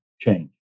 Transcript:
change